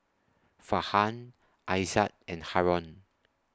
Farhan Aizat and Haron